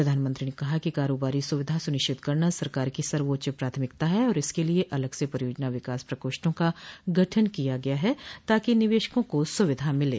प्रधानमंत्री ने कहा कि कारोबारी सुविधा सुनिश्चित करना सरकार की सर्वोच्च प्राथमिकता है और इसके लिए अलग से परियोजना विकास प्रकोष्ठों का गठन किया गया है ताकि निवेशकों को सुविधा मिले